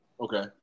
Okay